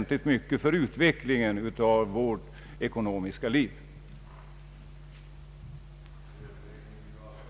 att utgiva skattefria obligationslån till låg ränta i syfte att underlätta bostadsfinansieringen och därmed sänka hyrorna.